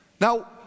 Now